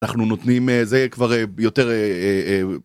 אנחנו נותנים, אה, זה כבר יותר